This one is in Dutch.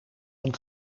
een